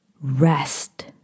rest